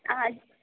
आहाँ जी